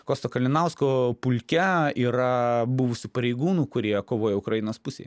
kosto kalinausko pulke yra buvusių pareigūnų kurie kovoja ukrainos pusėje